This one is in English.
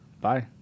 Bye